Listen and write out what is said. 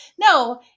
No